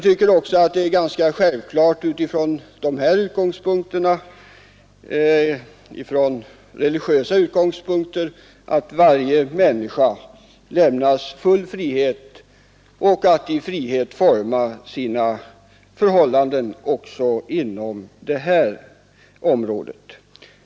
Det är från religiösa utgångspunkter självklart att varje människa i frihet får utforma sina förhållanden, också på detta område.